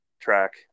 track